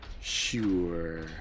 sure